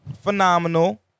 phenomenal